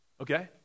Okay